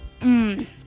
Mmm